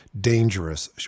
dangerous